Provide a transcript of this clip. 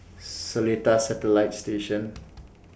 Seletar Satellite Station